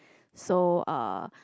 so uh